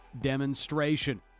demonstration